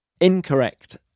Incorrect